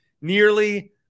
Nearly